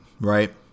right